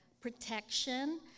protection